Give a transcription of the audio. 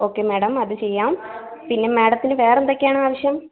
okay madam അത് ചെയ്യാം പിന്നെ മേഡത്തിന് വേറെന്തൊക്കെയാണ് ആവശ്യം